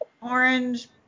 Orange